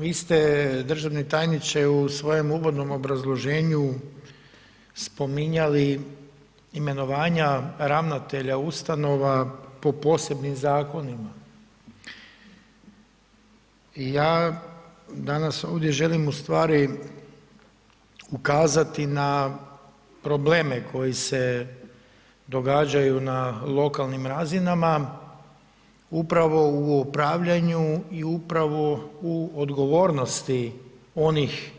Vi ste državni tajniče u svom uvodnom obrazloženju spominjali imenovanja ravnatelja ustanova po posebnim zakonima i ja danas ovdje želim ustvari ukazati na probleme koji se događaju na lokanim razinama, upravo o upravljanju i upravo o odgovornosti onih